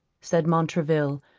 said montraville,